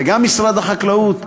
וגם משרד החקלאות,